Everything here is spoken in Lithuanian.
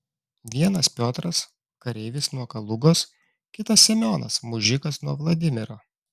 vienas piotras kareivis nuo kalugos kitas semionas mužikas nuo vladimiro